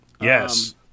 Yes